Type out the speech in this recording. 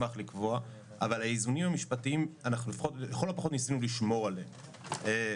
אבל לכל הפחות ניסינו לשמור על האיזונים המשפטיים.